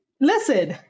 listen